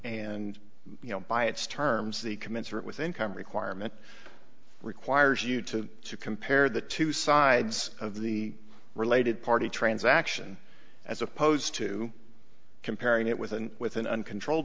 and you know by its terms the commensurate with income requirement requires you to compare the two sides of the related party transaction as opposed to comparing it with an with an uncontrolled